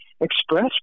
express